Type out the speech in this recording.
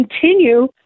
continue